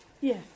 Yes